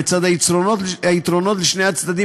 לצד היתרונות לשני הצדדים,